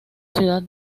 ciudad